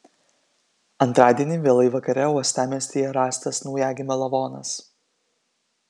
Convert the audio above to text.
antradienį vėlai vakare uostamiestyje rastas naujagimio lavonas